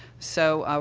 so, ah